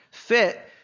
fit